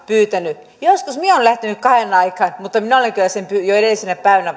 pyytänyt joskus minä olen lähtenyt kahden aikaan mutta minä olen kyllä varannut sen kyydin jo edellisenä päivänä